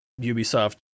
Ubisoft